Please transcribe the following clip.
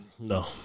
No